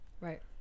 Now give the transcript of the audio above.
right